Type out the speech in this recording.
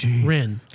rin